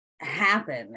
happen